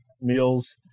meals